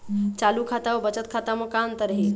चालू खाता अउ बचत खाता म का अंतर हे?